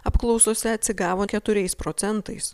apklausose atsigavo keturiais procentais